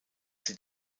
sie